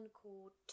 called